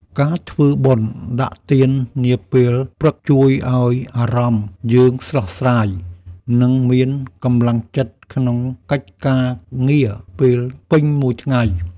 ការធ្វើបុណ្យដាក់ទាននាពេលព្រឹកជួយឱ្យអារម្មណ៍យើងស្រស់ស្រាយ និងមានកម្លាំងចិត្តក្នុងកិច្ចការងារពេញមួយថ្ងៃ។